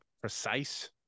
precise